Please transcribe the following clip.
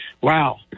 Wow